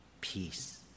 peace